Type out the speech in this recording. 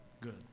Good